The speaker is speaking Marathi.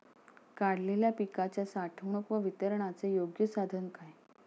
काढलेल्या पिकाच्या साठवणूक व वितरणाचे योग्य साधन काय?